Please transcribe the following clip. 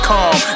Calm